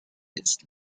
ist